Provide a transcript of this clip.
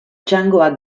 txangoak